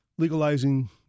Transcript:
legalizing